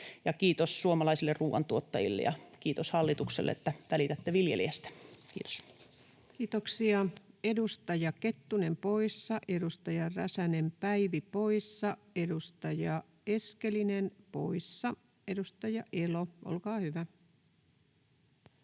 Kiitos suomalaisille ruuantuottajille ja kiitos hallitukselle, että välitätte viljelijästä. — Kiitos. Kiitoksia. — Edustaja Kettunen poissa, edustaja Räsänen, Päivi poissa, edustaja Eskelinen poissa. — Edustaja Elo, olkaa hyvä.